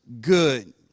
good